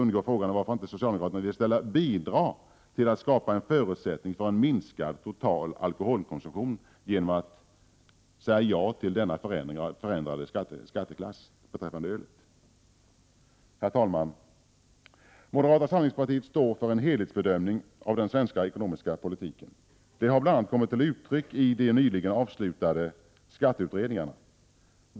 Varför vill inte socialdemokraterna bidra till att skapa förutsättningar för en minskad total alkoholkonsumtion genom att säga ja till denna nya skatteklass för öl? Herr talman! Moderata samlingspartiet står för en helhetsbedömning av den svenska ekonomiska politiken. Det har bl.a. kommit till uttryck i de nyligen avslutade skatteutredningarna.